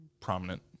prominent